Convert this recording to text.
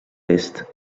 est